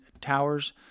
Towers